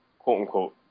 quote-unquote